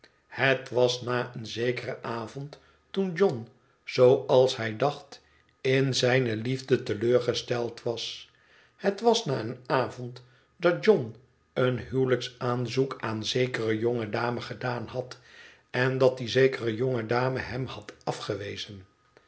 het was na een zekeren avond toen john zooals hij dacht in zijne liefde te leur gesteld was het was na een avond dat john een huwelijksaanzoek aan zekere jonge dame gedaan had en dat die zekere jonge dame hem had afgewezen